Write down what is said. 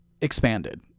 expanded